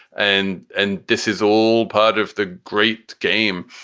and and this is all part of the great game.